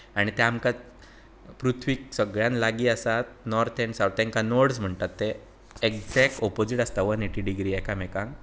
आनी ते आमकां पृथ्वीक सगळ्यांत लागी आसा नॉर्थ एंड सावथ तांकां नोड्स म्हणटात ते एक्जेक्ट ओपोजीट आसता वन एट्टी डिग्री एकामेकांक